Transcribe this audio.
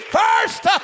first